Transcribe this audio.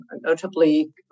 notably